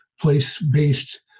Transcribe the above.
place-based